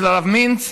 אצל הרב מינץ.